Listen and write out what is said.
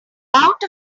out